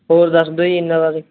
ਹੋਰ ਦੱਸ ਦਿਓ ਜੀ ਇਹਨਾਂ ਬਾਰੇ